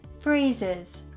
Phrases